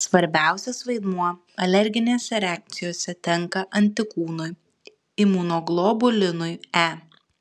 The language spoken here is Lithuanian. svarbiausias vaidmuo alerginėse reakcijose tenka antikūnui imunoglobulinui e